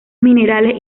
minerales